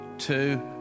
Two